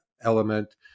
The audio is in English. element